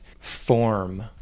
form